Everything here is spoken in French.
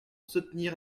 soutenir